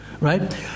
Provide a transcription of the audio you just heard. right